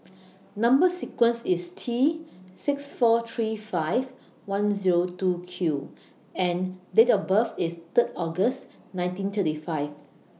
Number sequence IS T six four three five one Zero two Q and Date of birth IS Third August nineteen thirty five